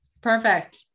perfect